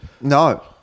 No